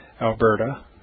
Alberta